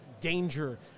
danger